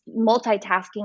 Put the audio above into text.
multitasking